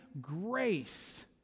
grace